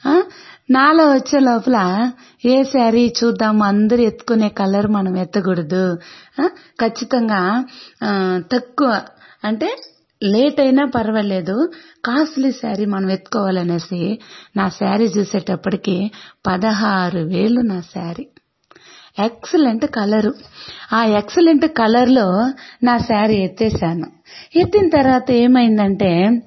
నాలో వచ్చే లోపల ఏ శారీ చూద్దాం అందరు ఎత్తుకునే కలర్ మనం ఎత్త కూడదు ఖచ్చితంగా తక్కువ అంటే లేట్ అయినా పర్వాలేదు కాస్ట్లీ శారీ మనం వెతుక్కోవాలి అనేసి నా శారీ చూసేటప్పటికి పదహారు వేలు నా శారీ ఎక్సలెంట్ కలర్ ఆ ఎక్సలెంట్ కలర్లో నా శారీ ఎత్తేశాను ఎత్తిన తర్వాత ఏమయింది అంటే